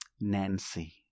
Nancy